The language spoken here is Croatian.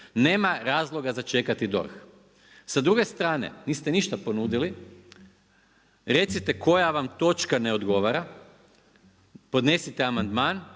nema razloga za čekati DORH. Sa druge strane niste ništa ponudili, recite koja vam točka ne odgovara, podnesite amandman